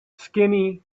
skinny